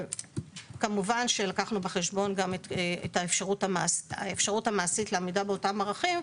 כמובן שלקחנו בחשבון גם את האפשרות המעשית לעמידה באותם ערכים,